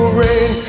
rain